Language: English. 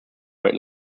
were